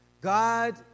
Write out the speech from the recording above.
God